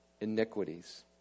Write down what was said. iniquities